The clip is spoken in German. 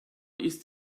ist